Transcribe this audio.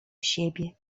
siebie